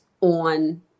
on